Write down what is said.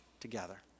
together